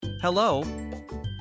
Hello